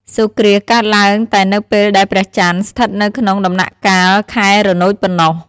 សូរ្យគ្រាសកើតឡើងតែនៅពេលដែលព្រះចន្ទស្ថិតនៅក្នុង ដំណាក់កាលខែរនោចប៉ុណ្ណោះ ។